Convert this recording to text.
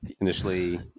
initially